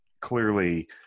clearly